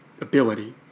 ability